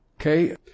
Okay